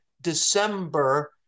December